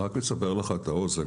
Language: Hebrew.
רק לסבר לך את האוזן.